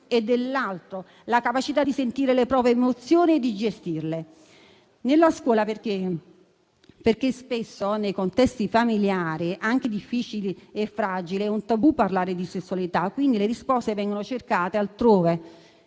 e dell'altro, la capacità di sentire le proprie emozioni e di gestirle. Tutto ciò nella scuola, perché spesso nei contesti familiari, anche difficili e fragili, parlare di sessualità è un tabù, quindi le risposte vengono cercate altrove,